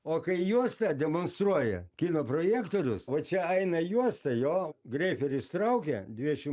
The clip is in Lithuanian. o kai juosta demonstruoja kino projektorius va čia eina į juosta jo greiferis traukia dvidešim